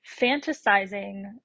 fantasizing